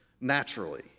Naturally